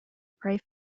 pray